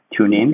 TuneIn